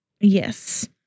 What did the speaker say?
Yes